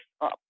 up